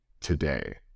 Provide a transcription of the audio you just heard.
today